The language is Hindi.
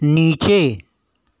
नीचे